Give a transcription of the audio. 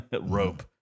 rope